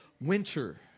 winter